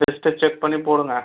லிஸ்ட்டை செக் பண்ணிப் போடுங்கள்